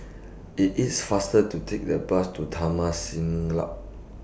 IT IS faster to Take The Bus to Taman Siglap